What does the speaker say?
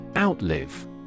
Outlive